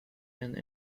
and